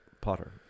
Potter